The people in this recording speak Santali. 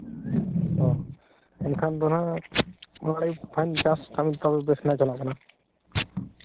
ᱚ ᱮᱱᱠᱷᱟᱱ ᱫᱚᱦᱟᱸᱜ ᱪᱟᱥ ᱠᱟᱹᱢᱤ ᱫᱚ ᱛᱟᱦᱞᱮ ᱥᱮᱬᱟ ᱪᱟᱞᱟᱜ ᱠᱟᱱᱟ